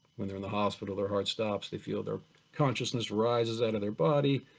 when they're in the hospital, their heart stops, they feel their consciousness rise out of their body,